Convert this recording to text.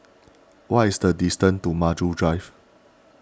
what is the distance to Maju Drive